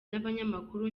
n’abanyamakuru